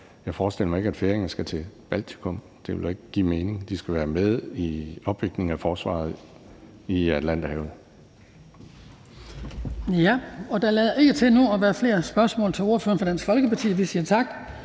Jeg forestiller mig ikke, at færinger skal til Baltikum. Det ville jo ikke give mening. De skal være med i opbygningen af forsvaret i Atlanterhavet. Kl. 15:31 Den fg. formand (Hans Kristian Skibby): Der lader ikke til at være flere spørgsmål til ordføreren for Dansk Folkeparti. Vi siger tak.